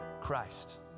Christ